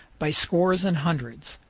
by scores and hundreds.